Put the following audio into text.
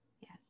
Yes